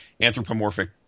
anthropomorphic